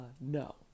no